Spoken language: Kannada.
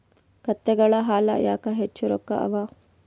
ಕತ್ತೆಗಳ ಹಾಲ ಯಾಕ ಹೆಚ್ಚ ರೊಕ್ಕ ಅವಾ?